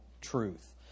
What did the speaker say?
truth